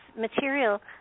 material